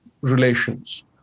relations